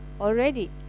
already